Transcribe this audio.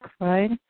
right